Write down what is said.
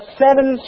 seven